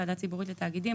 ועדה ציבורית לתאגידים,